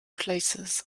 places